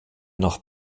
nach